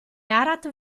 arat